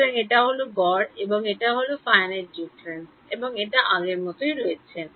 সুতরাং এটা হল গড় এবং এটা হল Finite Difference এবং এটা আগের মতই আছে